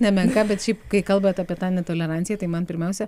nemenka bet šiaip kai kalbat apie tą netoleranciją tai man pirmiausia